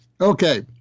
Okay